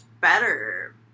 better